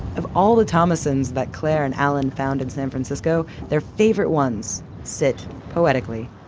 of all the thomassons that claire and alan found in san francisco, their favorite ones sit poetically,